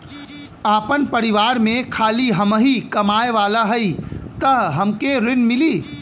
आपन परिवार में खाली हमहीं कमाये वाला हई तह हमके ऋण मिली?